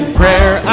prayer